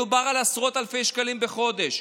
מדובר בעשרות אלפי שקלים בחודש,